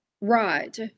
right